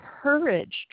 encouraged